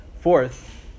Fourth